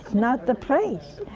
not the place.